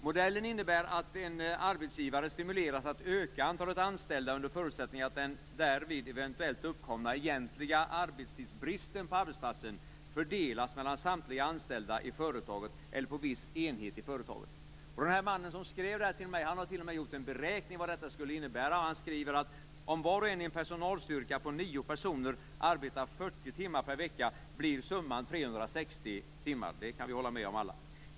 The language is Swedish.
Modellen innebär att en arbetsgivare stimuleras att öka antalet anställda under förutsättning att därvid eventuellt uppkomna egentliga arbetstidsbristen på arbetsplatsen fördelas mellan samtliga anställda i företaget eller på viss enhet i företaget. Den mannen som skrev detta till mig har t.o.m. gjort en beräkning av vad detta skulle innebära. Han skriver: Om var och en i en personalstyrka på nio personer arbetar 40 timmar per vecka blir summan 360 timmar. Det kan vi alla hålla med om.